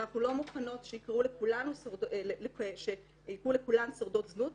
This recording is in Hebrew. אבל אנחנו לא מוכנות שיקראו לכולן שורדות זנות,